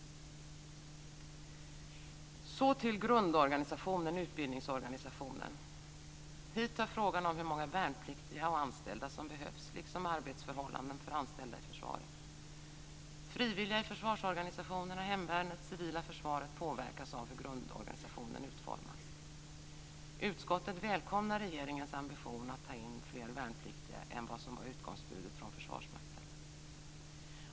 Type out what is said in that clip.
Så till grundorganisationen och utbildningsorganisationen. Hit hör frågan om hur många värnpliktiga och anställda som behövs liksom arbetsförhållanden för anställda i försvaret. Frivilliga i försvarsorganisationen, hemvärnet och civila försvaret påverkas av hur grundorganisationen utformas. Utskottet välkomnar regeringens ambition att ta in fler värnpliktiga än vad som var utgångsbudet från Försvarsmakten.